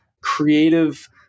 creative